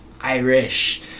Irish